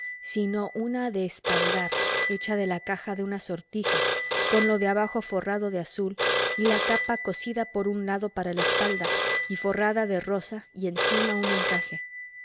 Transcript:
sino una de espaldar hecha de la caja de una sortija con lo de abajo forrado de azul y la tapa cosida por un lado para la espalda y forrada de rosa y encima un encaje